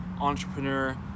entrepreneur